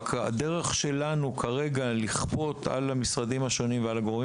רק שהדרך שלנו כרגע לכפות על המשרדים השונים ועל הגורמים